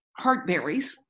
*Heartberries*